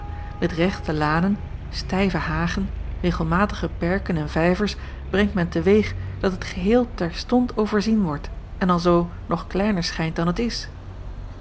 met rechte lanen stijve hagen regelmatige perken en vijvers brengt men te-weeg dat het geheel terstond overzien wordt en alzoo nog kleiner schijnt dan het is